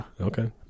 Okay